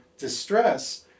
distress